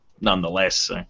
nonetheless